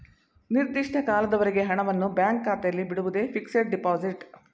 ನಿರ್ದಿಷ್ಟ ಕಾಲದವರೆಗೆ ಹಣವನ್ನು ಬ್ಯಾಂಕ್ ಖಾತೆಯಲ್ಲಿ ಬಿಡುವುದೇ ಫಿಕ್ಸಡ್ ಡೆಪೋಸಿಟ್